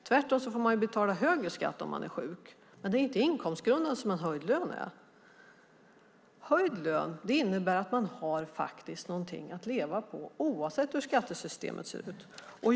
Tvärtom får man betala högre skatt om man är sjuk. Sänkt skatt är inte inkomstgrundande som en höjd lön är. Höjd lön innebär att man har någonting att leva på oavsett hur skattesystemet ser ut.